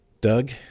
Doug